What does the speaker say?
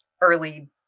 early